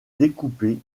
découpé